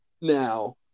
Now